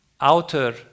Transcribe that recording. outer